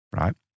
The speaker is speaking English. right